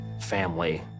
family